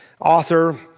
author